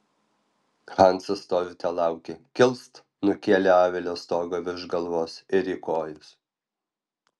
hansas to ir telaukė kilst nukėlė avilio stogą virš galvos ir į kojas